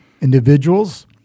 individuals